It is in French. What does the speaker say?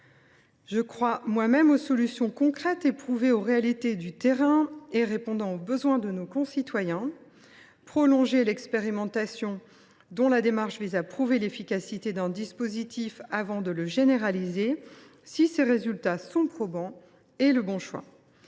Je crois moi même aux solutions concrètes éprouvées aux réalités du terrain et répondant aux besoins de nos concitoyens. Prolonger l’expérimentation, dont la démarche vise à prouver l’efficacité d’un dispositif avant de le généraliser, si ses résultats sont probants, est le bon choix.